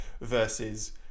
versus